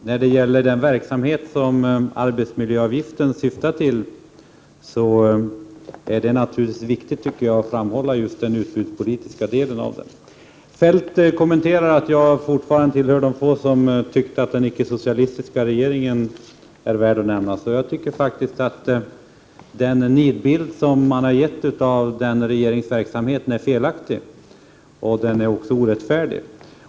Herr talman! När det gäller den verksamhet som arbetsmiljöavgiften syftar till är det naturligtvis viktigt att framhålla just den utbudspolitiska delen. Feldt kommenterar att jag är en av de få som fortfarande tycker att den icke-socialistiska regeringstiden är värd att nämnas. Jag anser faktiskt att den nidbild som man har målat upp av de regeringarnas verksamhet är felaktig och orättfärdig.